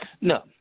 No